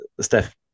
Steph